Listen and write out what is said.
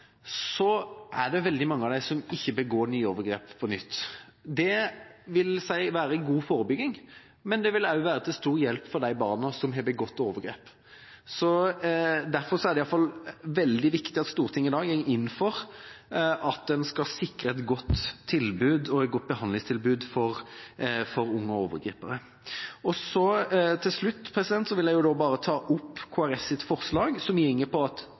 er det veldig mange av dem som ikke begår overgrep på nytt. Det vil jeg si er god forebygging, og det vil også være til stor hjelp for de barna som har begått overgrep. Derfor er det iallfall veldig viktig at Stortinget i dag går inn for at en skal sikre et godt tilbud og et godt behandlingstilbud for unge overgripere. Til slutt vil jeg ta opp Kristelig Folkepartis forslag, som går på at